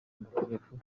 mategeko